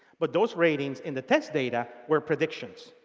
but those ratings in the test data were predictions.